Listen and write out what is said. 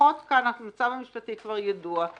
לפחות כאן המצב המשפטי כבר ידוע.